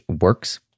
works